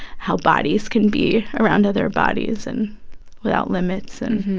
how bodies can be around other bodies and without limits and